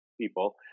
people